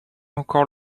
encore